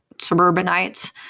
suburbanites